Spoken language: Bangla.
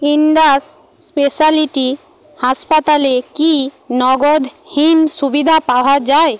ইণ্ডাস স্পেশালিটি হাসপাতালে কি নগদহীন সুবিধা পাওয়া যায়